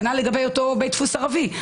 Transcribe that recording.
כנ"ל לגבי בית דפוס ערבי.